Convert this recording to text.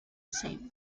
same